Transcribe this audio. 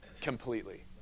Completely